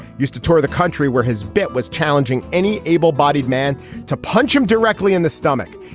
used to tour the country where his bit was challenging any able bodied man to punch him directly in the stomach.